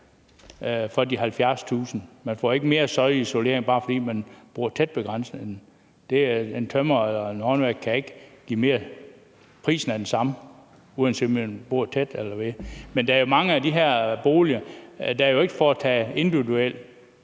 for de 70.000 kr. Man får ikke mere støjisolering, bare fordi man bor tæt ved grænsen. En tømrer eller håndværker kan ikke give mere. Prisen er den samme, uanset om man bor tæt ved eller længere derfra. Der er jo ikke foretaget nogen individuelle